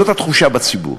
וזאת התחושה בציבור,